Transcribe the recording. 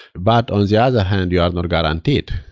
but on the other hand, you are not guaranteed.